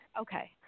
Okay